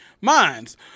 minds